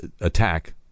attack